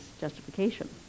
justification